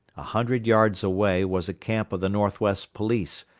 a hundred yards away was a camp of the northwest police,